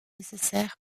nécessaires